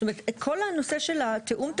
זאת אומרת, כל הנושא של תיאום התשתיות,